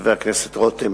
חבר הכנסת רותם.